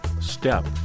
step